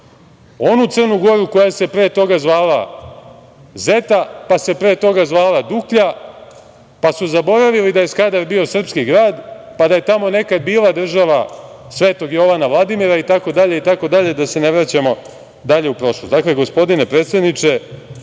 Onu Crnu Goru koja se pre toga zvala Zeta, pa se pre toga zvala Duklja, pa su zaboravili da je Skadar bio srpski grad, pa da je tamo nekada bila država Svetog Jovana Vladimira itd, da se ne vraćamo dalje u prošlost. Dakle, gospodine predsedniče